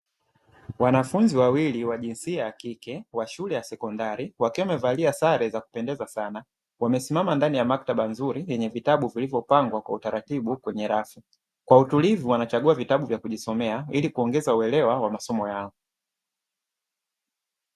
Wanafunzi wawili wa jinsia ya kike wa shule ya sekondari wakiwa wamevalia sare za kupendeza sana, wamesimama ndani ya maktaba nzuri yenye vitabu vilivyopangwa kwa utaratibu kwenye rafu, kwa utulivu wanachagua vitabu vya kujisomea ili kuongeza uelewa wa masomo yao.